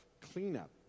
cleanup